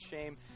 shame